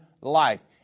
life